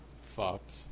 fucked